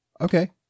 okay